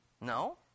No